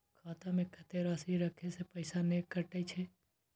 खाता में कत्ते राशि रखे से पैसा ने कटै छै?